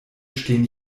stehen